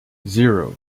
zero